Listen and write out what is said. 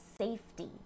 safety